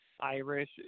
irish